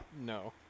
No